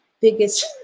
biggest